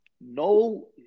no